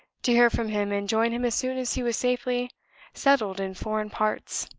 to hear from him and join him as soon as he was safely settled in foreign parts!